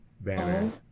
banner